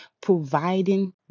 providing